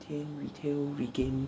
retain retail regain